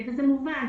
זה מובן,